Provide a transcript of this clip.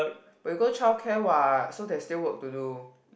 but you go childcare what so there's still work to do